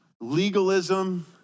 legalism